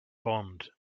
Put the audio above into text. bond